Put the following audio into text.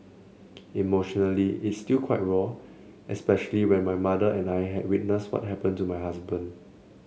emotionally it's still quite raw especially when my mother and I had witness what happen to my husband